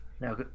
Now